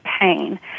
pain